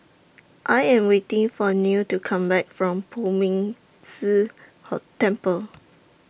I Am waiting For Neal to Come Back from Poh Ming Tse Hall Temple